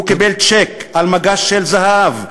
הוא קיבל צ'ק על מגש של זהב,